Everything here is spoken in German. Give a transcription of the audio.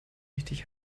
richtig